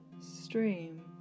stream